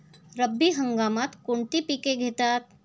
रब्बी हंगामात कोणती पिके घेतात?